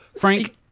Frank